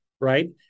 right